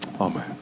Amen